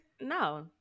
No